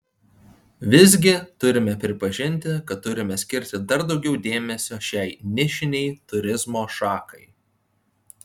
visgi turime pripažinti kad turime skirti dar daugiau dėmesio šiai nišinei turizmo šakai